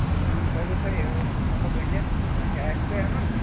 سیُن ویُن تھٲیزیو تُہۍ مطلب أنِتھ کیٛاہ آسِوٕ تۄہہِ اَنُن